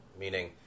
meaning